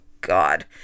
God